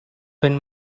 when